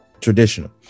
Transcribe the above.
traditional